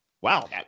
Wow